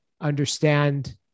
understand